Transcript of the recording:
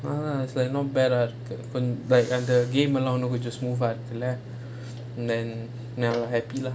ah it's like not bad ah from like the game alone which is smooth lah இருக்கு:irukku lah then never happy lah